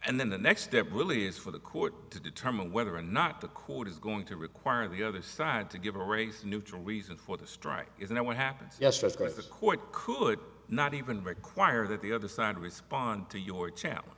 and then the next step really is for the court to determine whether or not the court is going to require the other side to give a race neutral reason for the strike isn't it what happens yes that's going to court could not even require that the other side respond to your ch